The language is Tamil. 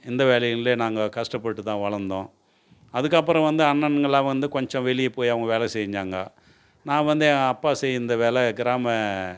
எந்த வேலையும் இல்லை நாங்கள் கஷ்டப்பட்டு தான் வளர்ந்தோம் அதுக்கப்புறம் வந்து அண்ணன்கள்லாம் வந்து கொஞ்சம் வெளியே போய் அவங்க வேலை செஞ்சாங்க நான் வந்து என் அப்பா செய்த வேலை கிராம